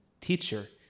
Teacher